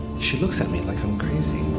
she looks at me like i'm crazy.